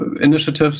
initiatives